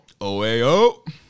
OAO